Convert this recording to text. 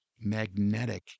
magnetic